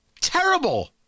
Terrible